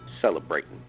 celebrating